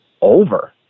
over